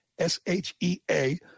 S-H-E-A